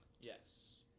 Yes